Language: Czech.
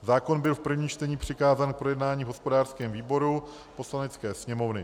Zákon byl v prvním čtení přikázán k projednání v hospodářském výboru Poslanecké sněmovny.